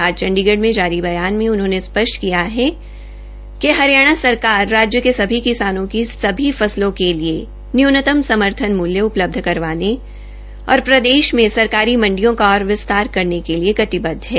आज चंडीगढ़ में जारी बयान में उन्होंने स्पष्ट किया है कि हरियाणा सरकार राज्य के सभी किसानों की सभी फसलों के लिए न्यूनतम समर्थन मूल्य उपलब्ध करवाने तथा प्रदेश में सरकारी मंडियों का और विस्तार करने के लिए कटिबद्ध है